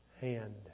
hand